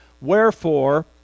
Wherefore